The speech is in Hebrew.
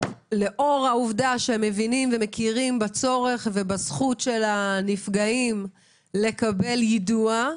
לאור העובדה שמבינים ומכירים בצורך ובזכות של הנפגעים לקבל ידוע,